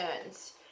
turns